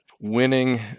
winning